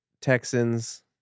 Texans